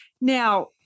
now